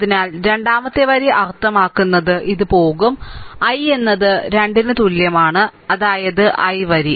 അതിനാൽ രണ്ടാമത്തെ വരി അർത്ഥമാക്കുന്നത് ഇത് പോകും I എന്നത് 2 ന് തുല്യമാണ് അതായത് I വരി